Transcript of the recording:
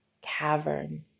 cavern